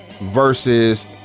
versus